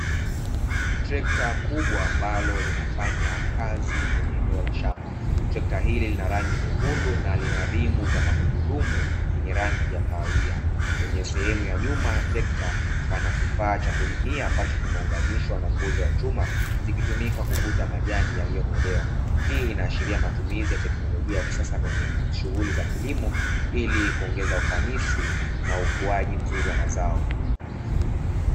Trekta kubwa linalo fanya kazi eneo la shamba, trekta hili lina rangi nyekundu na zina limu na magurudumu ya rangi ya kahawia sehemu ya nyuma ya trekta kuna kifaa cha kulimia ambacho kimeunganishwa, zikitumika kuvuta majani yalio ng’olewa hii inasharia matumizi ya tekinolojia kwenye kilimo, Ili kuongeza ufanisi na ukuaji mzuri wa mazao.